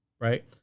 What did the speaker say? right